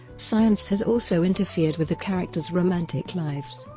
science has also interfered with the characters' romantic lives.